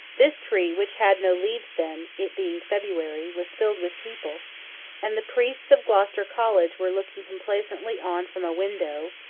this tree, which had no leaves then, it being february, was filled with people and the priests of gloucester college were looking complacently on from a window,